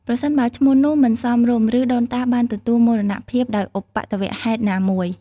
ប្រសិនបើឈ្មោះនោះមិនសមរម្យ ឬដូនតាបានទទួលមរណភាពដោយឧបទ្ទវហេតុណាមួយ។